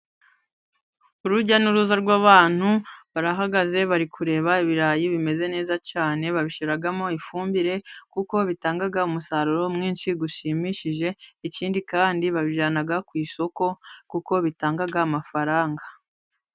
Urujya n'uruza rw'abantu barahagaze, bari kureba ibirayi bimeze neza cyane, babishyiramo ifumbire, kuko bitanga umusaruro mwinshi ushimishije, ikindi kandi babijyana ku isokokuko bitanga amafaranga.